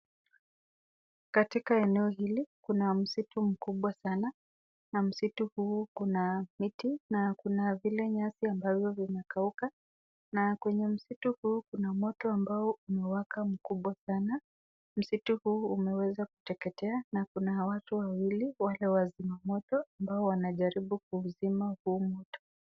Katika eneo hili kuna msitu mkubwa sana na msitu huu kuna miti na kuna vile nyasi ambavyo vimekakuka , na kwenye msitu huu kuna moto ambao umewaka mkubwa sana. Msitu huu umeweza kuteketea na kuna watu wawili wale wazima moto ambao wanajaribu kuuzima huu moto.